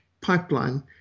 pipeline